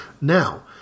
now